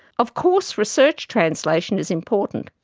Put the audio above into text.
of course research translation is important.